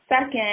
Second